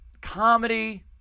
comedy